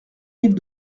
mille